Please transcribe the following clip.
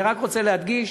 אני רק רוצה להדגיש